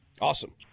Awesome